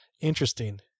Interesting